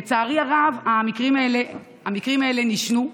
לצערי הרב, המקרים האלה נשנו,